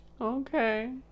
Okay